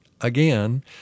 again